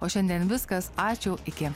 o šiandien viskas ačiū iki